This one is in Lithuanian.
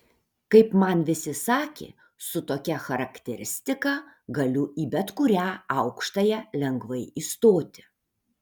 kaip man visi sakė su tokia charakteristika galiu į bet kurią aukštąją lengvai įstoti